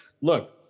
look